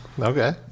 Okay